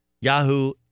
Yahoo